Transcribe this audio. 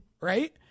right